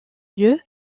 lieu